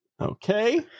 okay